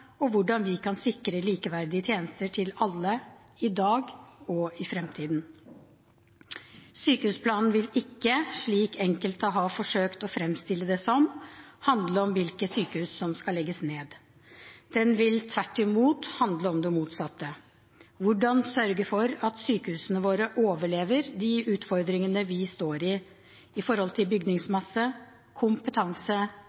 og hvordan vi kan sikre likeverdige tjenester til alle i dag og i framtiden. Sykehusplanen vil ikke, slik enkelte har forsøkt å framstille det som, handle om hvilke sykehus som skal legges ned. Den vil tvert imot handle om det motsatte: Hvordan sørge for at sykehusene våre overlever de utfordringene vi står i med hensyn til bygningsmasse, kompetanse,